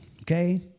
okay